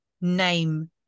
name